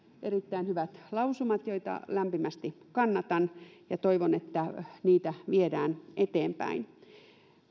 erittäin hyvät lausumat joita lämpimästi kannatan ja toivon että niitä viedään eteenpäin